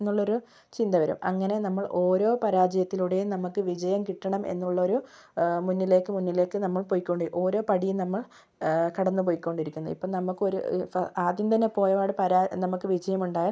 എന്നുള്ളൊരു ചിന്ത വരും അങ്ങനെ നമ്മൾ ഓരോ പരാജയത്തിലൂടെയും നമുക്ക് വിജയം കിട്ടണം എന്നുള്ളൊരു മുന്നിലേക്ക് മുന്നിലേക്ക് നമ്മൾ പൊയ്കൊണ്ട് ഓരോ പടിയും നമ്മൾ കടന്നുപോയികൊണ്ടിരിക്കുന്നു ഇപ്പോൾ നമുക്കൊരു ആദ്യം തന്നെ പോയപാടെ പരാ നമുക്ക് വിജയമുണ്ടായാൽ